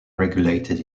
regulated